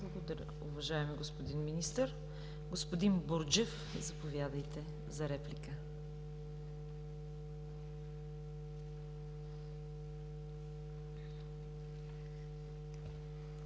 Благодаря, уважаеми господин Министър. Господин Бурджев, заповядайте за реплика.